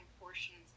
portions